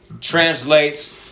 translates